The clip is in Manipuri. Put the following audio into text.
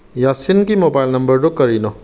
ꯌꯥꯁꯤꯟꯒꯤ ꯃꯣꯕꯥꯏꯜ ꯅꯝꯕꯔꯗꯣ ꯀꯔꯤꯅꯣ